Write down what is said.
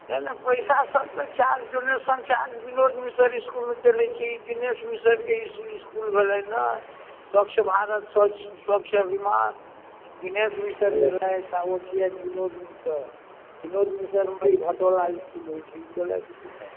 नहि नहि पैसा सभ तऽ चार्ज डोनेशन चार्ज बिनोद मिसरके इसकूलके लय छै ई दिनेश मिसरके ई इसकूल भेलनि ने स्वच्छ भारत स्वच्छ स्वच्छ अभियान दिनेश मिसर छलथि आ ओ छथि बिनोद मिसर बिनोद मिसरमे घटोला ई इसकूल होइत छै ई भेलथि दिनेश